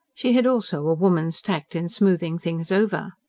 she had also a woman's tact in smoothing things over.